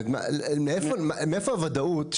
מאיפה הוודאות שאתה,